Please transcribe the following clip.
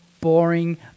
boring